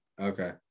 okay